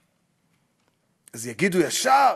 אז יגידו ישר: